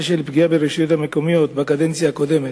הפגיעה ברשויות המקומיות בקדנציה הקודמת,